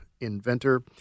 Inventor